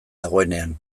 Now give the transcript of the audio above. dagoenean